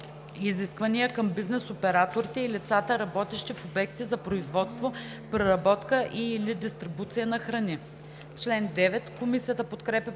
„Изисквания към бизнес операторите и лицата, работещи в обекти за производство, преработка и/или дистрибуция на храни“. По чл. 9 има предложение